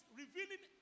revealing